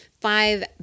five